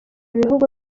bihugu